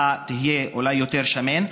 אתה תהיה אולי יותר שמן.